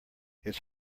his